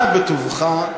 אנא בטובך.